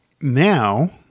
now